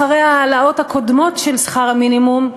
אחרי ההעלאות הקודמות של שכר המינימום,